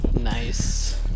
Nice